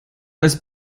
als